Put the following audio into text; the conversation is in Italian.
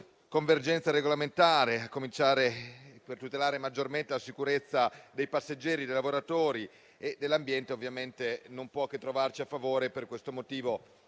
convergenza regolamentare per tutelare maggiormente la sicurezza dei passeggeri, dei lavoratori e dell'ambiente non può che trovarci a favore. Per questo motivo,